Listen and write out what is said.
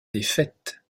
défaite